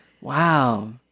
Wow